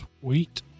Sweet